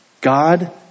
God